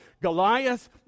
Goliath